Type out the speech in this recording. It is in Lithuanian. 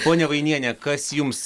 ponia vainiene kas jums